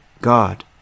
God